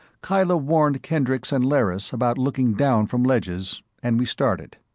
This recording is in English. kyla warned kendricks and lerrys about looking down from ledges, and we started.